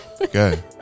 Okay